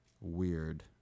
Weird